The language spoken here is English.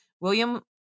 William